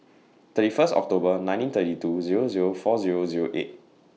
thirty First October nineteen thirty two Zero Zero four Zero Zero eight